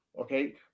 Okay